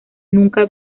nunca